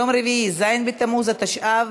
התשע"ו